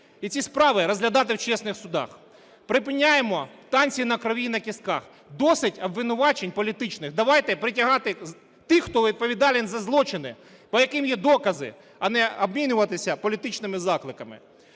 і ці справи розглядати в чесних судах. Припиняємо "танці на крові" і "на кістках". Досить обвинувачень політичних. Давайте притягати тих, хто відповідальний за злочини, по яким є докази, а не обмінюватися політичними закликами.